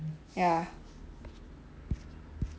ya